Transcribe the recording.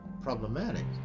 problematic